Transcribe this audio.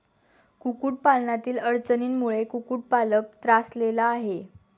कुक्कुटपालनातील अडचणींमुळे कुक्कुटपालक त्रासलेला आहे